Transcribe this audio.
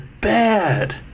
bad